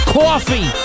coffee